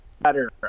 better